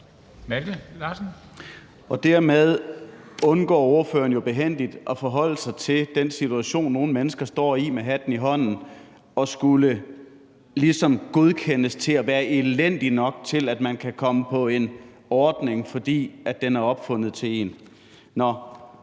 Og dermed undgår ordføreren jo behændigt at forholde sig til den situation, nogle mennesker står i, nemlig at de med hatten i hånden ligesom skal godkendes til at være elendige nok til, at de kan komme på en ordning, fordi den er opfundet til dem.